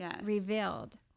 revealed